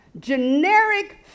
Generic